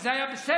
וזה היה בסדר,